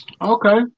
Okay